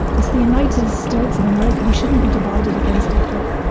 it's the united states of america, we shouldn't be divided against each other.